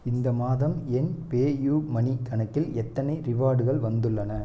இந்த மாதம் என் பேயூமனி கணக்கில் எத்தனை ரிவார்டுகள் வந்துள்ளன